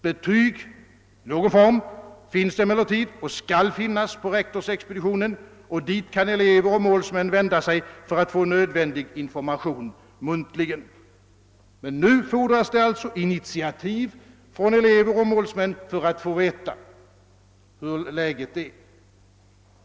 Betyg i någon form finns emellertid och skall finnas på rektorsexpeditionen, och dit kan elever och målsmän vända sig för att få nödvändig information muntligen. Men nu fordras det alltså initiativ från elever och målsmän för att de skall få veta hurdant läget är.